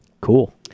Cool